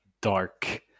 dark